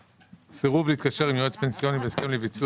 סירוב להתקשר עם יועץ פנסיוני בהסכם לביצוע